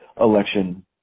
election